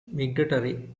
migratory